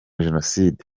jenoside